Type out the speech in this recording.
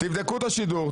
תבדקו את השידור.